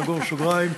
סגור סוגריים.